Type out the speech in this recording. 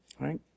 right